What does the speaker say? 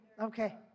Okay